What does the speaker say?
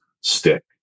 stick